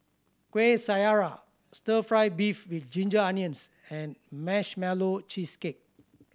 Kueh Syara Stir Fry beef with ginger onions and Marshmallow Cheesecake